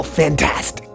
fantastic